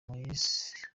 moise